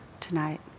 tonight